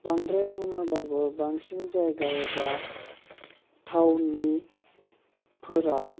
बांद्राय बुङाबाबो बांसिन जायगा एबा टावननिफोराव